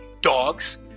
dogs